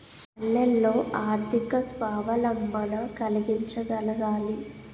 పల్లెల్లో ఆర్థిక స్వావలంబన కలిగించగలగాలి